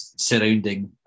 surrounding